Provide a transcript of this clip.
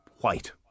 white